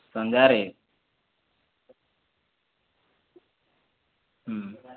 ସନ୍ଧ୍ୟାରେ